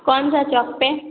कौन सा चौक पर